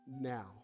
now